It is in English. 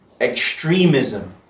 Extremism